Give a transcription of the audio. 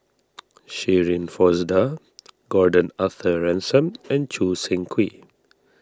Shirin Fozdar Gordon Arthur Ransome and Choo Seng Quee